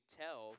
tell